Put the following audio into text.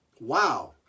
Wow